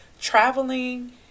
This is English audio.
traveling